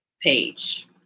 page